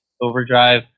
overdrive